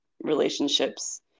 relationships